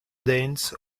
dance